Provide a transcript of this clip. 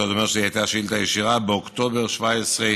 שאתה אומר שהייתה ישירה באוקטובר 2017,